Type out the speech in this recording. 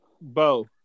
Bo